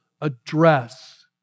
address